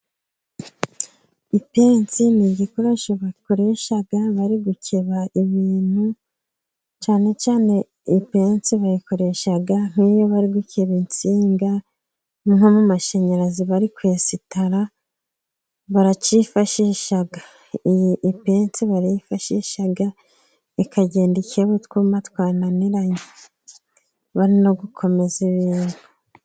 Ipensi n'igikoresho bakoresha bari gukeba ibintu cyane cyane ipensi bayikoresha nk'iyo bari gukeba insinga nko mu mashanyarazi bari kuyesitara baracyifashisha. Iyi pensi barayifashisha ikagenda ikeba utwuma twananiranye no gukomeza ibintu.